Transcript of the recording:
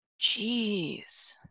Jeez